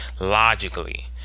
logically